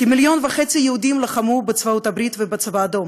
כמיליון וחצי יהודים לחמו בצבאות הברית ובצבא האדום.